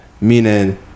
Meaning